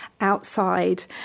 outside